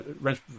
rent